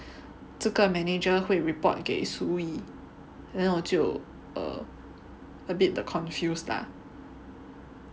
这个 manager 会 report 给 Suyi then 我就 err a bit the confused lah